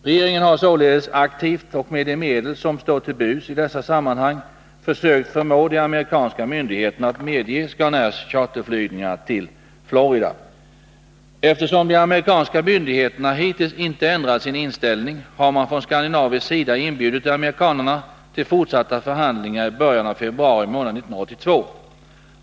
Regeringen har således aktivt, och med de medel som står till buds i dessa sammanhang, försökt förmå de amerikanska myndigheterna att medge Scanairs charterflygningar till Florida. Eftersom de amerikanska myndigheterna hittills inte ändrat sin inställning har man från skandinavisk sidan inbjudit amerikanarna till fortsatta förhandlingar i början av februari månad 1982.